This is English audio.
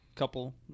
Couple